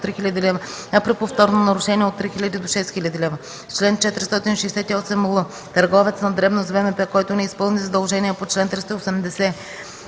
до 3000 лв., а при повторно нарушение – от 3000 до 6000 лв. Чл. 468л. Търговец на дребно с ВМП, който не изпълни задължение по чл. 380,